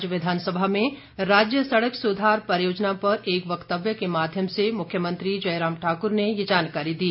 आज विधानसभा में राज्य सड़क सुधार परियोजना पर एक वक्तव्य के माध्यम से मुख्यमंत्री जयराम ठाकुर ने ये जानकारी दी